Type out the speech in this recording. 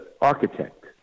architect